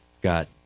Got